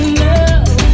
love